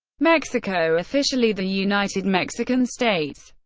mexico, officially the united mexican states,